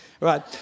Right